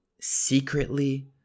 secretly